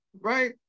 right